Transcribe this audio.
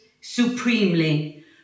supremely